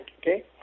okay